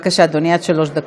בבקשה, אדוני, עד שלוש דקות.